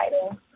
exciting